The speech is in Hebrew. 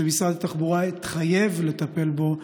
שמשרד התחבורה התחייב לטפל בו.